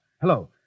Hello